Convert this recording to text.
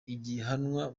ihiganwa